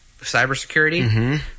cybersecurity